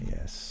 Yes